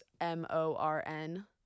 M-O-R-N